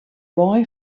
boy